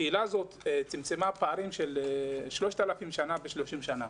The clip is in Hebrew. הקהילה הזו צמצמה פערים של 3,000 שנה ב-30 שנה.